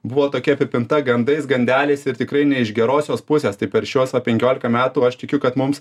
buvo tokia apipinta gandais gandeliais ir tikrai ne iš gerosios pusės tai per šiuos va penkiolika metų aš tikiu kad mums